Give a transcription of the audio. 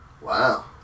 Wow